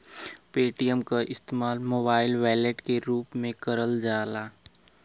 Paytm क इस्तेमाल mobile wallet के रूप में करल जाला